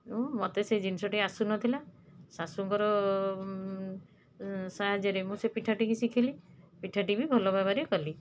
ଏବଂ ମୋତେ ସେ ଜିନଷଟି ଆସୁନଥିଲା ଶାଶୂଙ୍କର ସାହାଯ୍ୟରେ ମୁଁ ସେ ପିଠାଟିକି ଶିଖିଲି ପିଠାଟି ବି ଭଲ ଭାବରେ କଲି